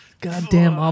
Goddamn